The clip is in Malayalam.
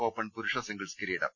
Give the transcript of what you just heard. ഓപ്പൺ പുരുഷ സിംഗിൾസ് കിരീടം